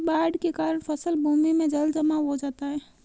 बाढ़ के कारण फसल भूमि में जलजमाव हो जाता है